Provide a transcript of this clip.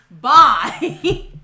Bye